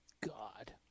God